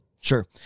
Sure